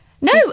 no